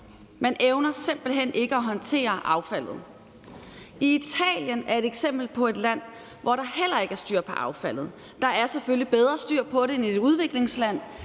Man evner simpelt hen ikke at håndtere affaldet. Italien er et eksempel på et land, hvor der heller ikke er styr på affaldet. Der er selvfølgelig bedre styr på det end i et udviklingsland,